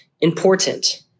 important